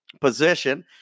position